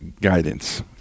guidance